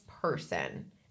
person